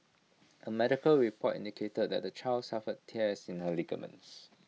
A medical report indicated that the child suffer tears in her ligaments